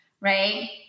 Right